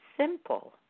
simple